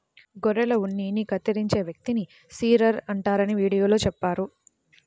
గొర్రెల ఉన్నిని కత్తిరించే వ్యక్తిని షీరర్ అంటారని వీడియోలో చెప్పారు